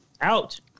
out